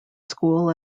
school